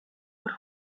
but